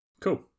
Cool